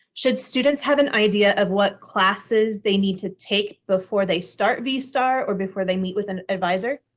should students have an idea of what classes they need to take before they start vstar or before they meet with an adviser?